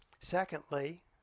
Secondly